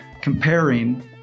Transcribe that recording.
comparing